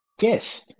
Yes